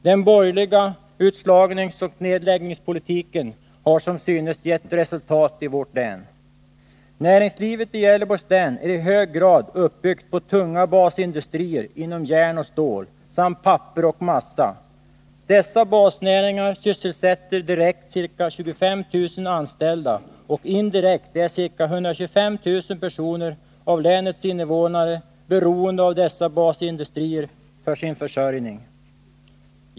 Den borgerliga utslagningsoch nedläggningspolitiken har som synes gett resultat i vårt län. Näringslivet i Gävleborgs län är i hög grad uppbyggt på tunga basindustrier inom järn och stål samt papper och massa. Dessa basnäringar sysselsätter direkt ca 25 000 anställda, och indirekt är ca 125 000 personer av länets innevånare beroende av dessa basindustrier för sin försörjning.